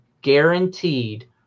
guaranteed